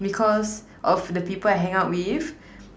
because of the people I hang out with